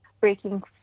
breaking